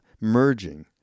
merging